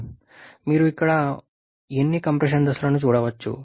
కాబట్టి మీరు ఇక్కడ ఎన్ని కంప్రెషన్ దశలను చూడవచ్చు